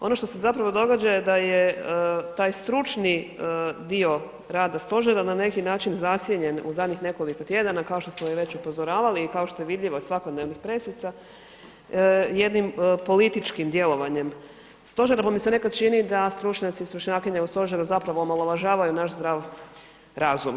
Ono što se zapravo događa je da je taj stručni dio rada stožera na neki način zasjenjen u zadnjih nekoliko tjedana kao što smo i već upozoravali i kao što je vidljivo iz svakodnevnih pressica jednim političkim djelovanjem stožera, pa mi se nekad čini da stručnjaci i stručnjakinje u stožeru zapravo omalovažavaju naš zdrav razum.